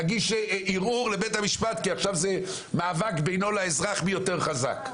להגיש ערעור לבית המשפט כי עכשיו זה מאבק בינו לאזרח מי יותר חזק.